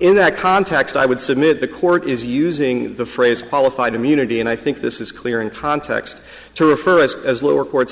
in that context i would submit the court is using the phrase qualified immunity and i think this is clear in context to refer as lower courts